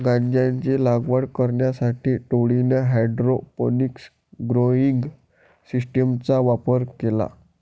गांजाची लागवड करण्यासाठी टोळीने हायड्रोपोनिक्स ग्रोइंग सिस्टीमचा वापर केला